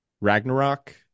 Ragnarok